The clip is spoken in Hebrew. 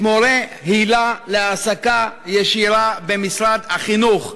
מורי היל"ה להעסקה ישירה במשרד החינוך.